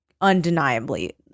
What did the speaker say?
undeniably